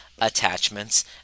attachments